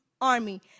army